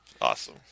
Awesome